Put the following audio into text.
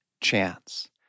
chance